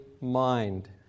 mind